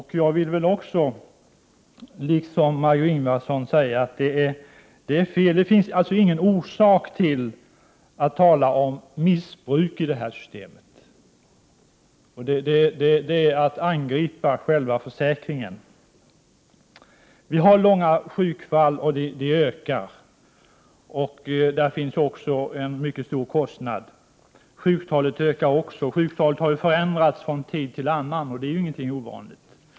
Jag vill liksom Margö Ingvardsson säga att det inte finns någon orsak att tala om missbruk av systemet. Det är att angripa själva försäkringen. Vi har långa sjukfall, och de ökar. Där finns en mycket stor kostnad. Sjuktalet ökar också. Det har förändrats från tid till annan, och det är ingenting ovanligt.